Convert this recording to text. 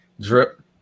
drip